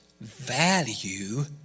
value